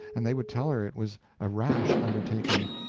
and they would tell her it was a rash undertaking.